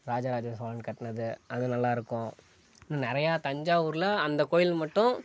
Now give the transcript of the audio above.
ராஜராஜ சோழன் கட்டினது அதுவும் நல்லாயிருக்கும் நிறையா தஞ்சாவூர்ல அந்த கோயில் மட்டும்